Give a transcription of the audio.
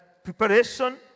Preparation